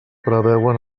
preveuen